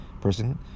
person